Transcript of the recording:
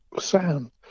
sound